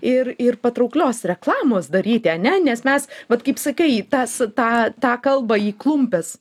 ir ir patrauklios reklamos daryti ane nes mes vat kaip sakai tas tą tą kalbą į klumpes